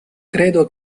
credo